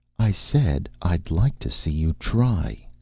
i said i'd like to see you try,